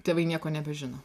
tėvai nieko nebežino